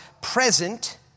present